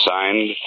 Signed